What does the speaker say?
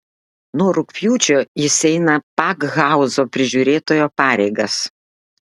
nuo rugpjūčio jis eina pakhauzo prižiūrėtojo pareigas